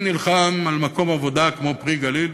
אני נלחם על מקום עבודה כמו "פרי הגליל",